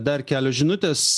dar kelios žinutės